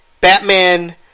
Batman